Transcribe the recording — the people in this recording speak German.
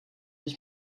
ich